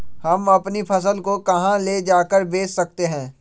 हम अपनी फसल को कहां ले जाकर बेच सकते हैं?